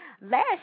last